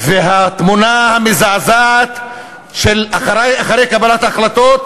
והתמונה המזעזעת אחרי קבלת ההחלטות,